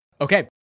okay